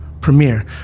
Premiere